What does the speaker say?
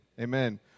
Amen